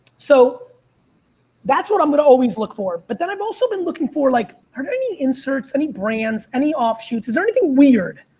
so that's what i'm going to always look for, but then i've also been looking for like, are there any inserts, any brands, any offshoots? is there anything weird?